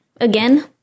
again